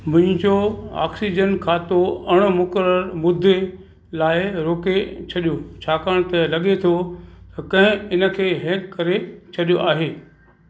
मुंहिजो ऑक्सीजन खातो अण मुकररु मुद्दे लाइ रोके छॾियो छाकाणि त लॻे थो त कंहिं इनखे हैक करे छॾियो आहे